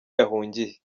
yahungiye